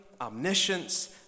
omniscience